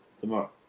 Tomorrow